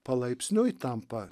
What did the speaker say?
palaipsniui tampa